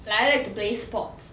like I like to play sports